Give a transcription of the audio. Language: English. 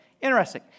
interesting